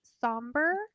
somber